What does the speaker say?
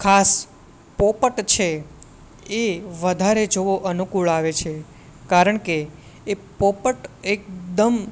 ખાસ પોપટ છે એ વધારે જોવો અનુકૂળ આવે છે કારણ કે એ પોપટ એકદમ